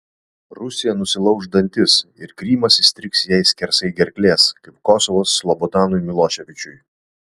rusija nusilauš dantis ir krymas įstrigs jai skersai gerklės kaip kosovas slobodanui miloševičiui